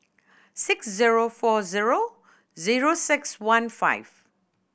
six zero four zero zero six one five